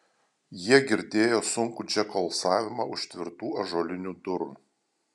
jie girdėjo sunkų džeko alsavimą už tvirtų ąžuolinių durų